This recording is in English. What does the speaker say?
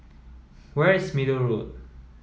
where is Middle Road